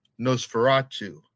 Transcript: nosferatu